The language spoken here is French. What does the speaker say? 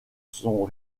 son